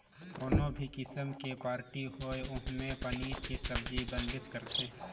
कोनो भी किसिम के पारटी होये ओम्हे पनीर के सब्जी बनबेच करथे